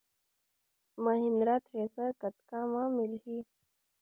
Mahindra thresher कतका म मिलही?